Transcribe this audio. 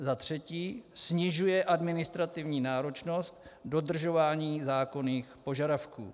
za třetí snižuje administrativní náročnost dodržování zákonných požadavků;